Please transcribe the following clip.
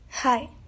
Hi